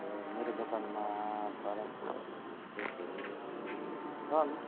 ए मेरो दोकानमा तामाङको अलिअलि ड्रेसहरू छन्